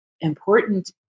important